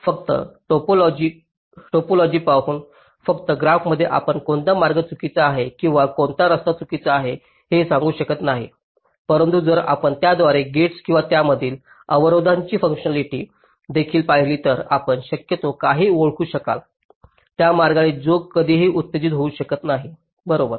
तर फक्त टोपोलॉजी पाहून फक्त ग्राफ मध्ये आपण कोणता मार्ग चुकीचा आहे किंवा कोणता रस्ता चुकीचा नाही हे सांगू शकत नाही परंतु जर आपण त्याद्वारे गेट्स किंवा त्यामधील अवरोधांची फुंकशनॅलिटी देखील पाहिली तर आपण शक्यतो काही ओळखू शकता त्या मार्गाचा जो कधीही उत्तेजित होऊ शकत नाही बरोबर